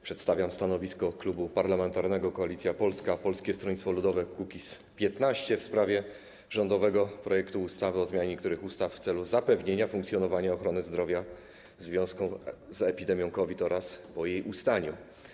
Przedstawiam stanowisko Klubu Parlamentarnego Koalicja Polska - Polskie Stronnictwo Ludowe - Kukiz15 w sprawie rządowego projektu ustawy o zmianie niektórych ustaw w celu zapewnienia funkcjonowania ochrony zdrowia w związku z epidemią COVID oraz po jej ustaniu.